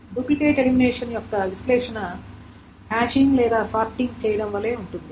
duplicate elimination యొక్క విశ్లేషణ hashing లేదా సార్టింగ్ చేయడం వలె ఉంటుంది